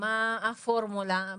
מה הפורמולה,